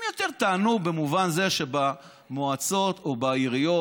הם יותר טענו במובן זה שבמועצות או בעיריות